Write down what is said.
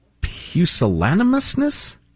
Pusillanimousness